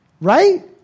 Right